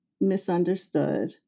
misunderstood